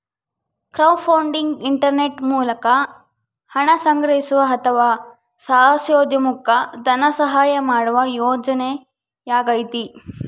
crowdfunding internet ಮೂಲಕ ಹಣ ಸಂಗ್ರಹಿಸುವ ಅಥವಾ ಸಾಹಸೋದ್ಯಮುಕ್ಕ ಧನಸಹಾಯ ಮಾಡುವ ಯೋಜನೆಯಾಗೈತಿ